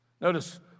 Notice